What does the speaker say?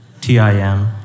T-I-M